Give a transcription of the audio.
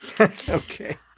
Okay